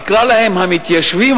נקרא להם המתיישבים,